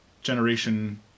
generation